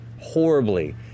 horribly